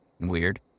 weird